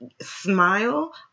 smile